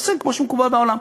תעשה כמו שמקובל בעולם,